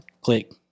Click